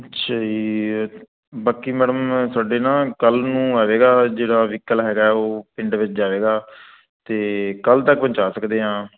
ਅੱਛਾ ਜੀ ਬਾਕੀ ਮੈਡਮ ਸਾਡੇ ਨਾ ਕੱਲ੍ਹ ਨੂੰ ਆਵੇਗਾ ਜਿਹੜਾ ਵਹੀਕਲ ਹੈਗਾ ਉਹ ਪਿੰਡ ਵਿੱਚ ਜਾਏਗਾ ਅਤੇ ਕੱਲ੍ਹ ਤੱਕ ਪਹੁੰਚਾ ਸਕਦੇ ਹਾਂ